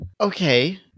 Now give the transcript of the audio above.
okay